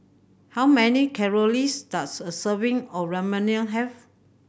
how many does a serving of Ramyeon have